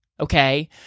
Okay